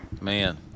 Man